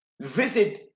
visit